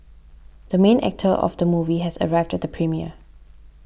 the main actor of the movie has arrived at the premiere